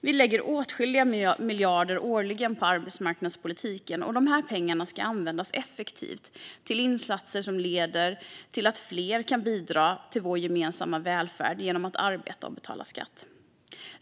Vi lägger åtskilliga miljarder årligen på arbetsmarknadspolitiken, och dessa pengar ska användas effektivt till insatser som leder till att fler kan bidra till vår gemensamma välfärd genom att arbeta och betala skatt.